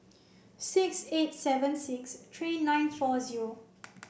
six eight seven six three nine four zero